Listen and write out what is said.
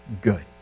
good